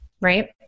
right